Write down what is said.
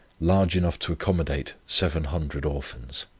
large enough to accommodate seven hundred orphans.